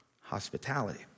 hospitality